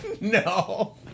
No